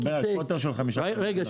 רגע,